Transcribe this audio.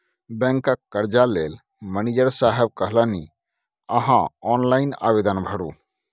बैंकक कर्जा लेल मनिजर साहेब कहलनि अहॅँ ऑनलाइन आवेदन भरू